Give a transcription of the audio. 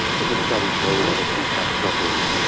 but this study shows that we haven't got there yet.